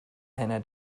einer